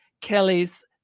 Kelly's